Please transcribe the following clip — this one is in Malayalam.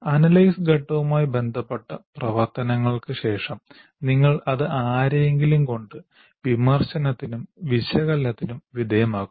അനലൈസ് ഘട്ടവുമായി ബന്ധപ്പെട്ട പ്രവർത്തനങ്ങൾക് ശേഷം നിങ്ങൾ അത് ആരെയെങ്കിലും കൊണ്ട് വിമർശനത്തിനും വിശകലനത്തിനും വിധേയമാകുന്നു